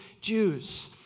Jews